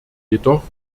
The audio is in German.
jedoch